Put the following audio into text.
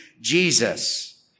Jesus